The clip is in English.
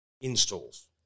installs